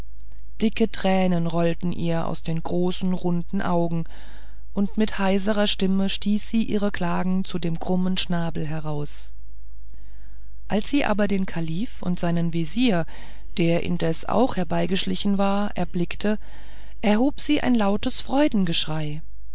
dicke tränen rollten ihr aus den großen runden augen und mit heiserer stimme stieß sie ihre klagen zu dem krummen schnabel heraus als sie aber den kalifen und seinen vezier der indes auch herbeigeschlichen war erblickte erhob sie ein lautes